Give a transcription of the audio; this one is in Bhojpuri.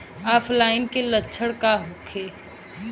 ऑफलाइनके लक्षण का होखे?